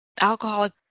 alcoholic